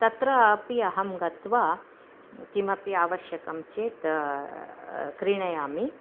तत्र अपि अहं गत्वा किमपि आवश्यकं चेत् क्रीणामि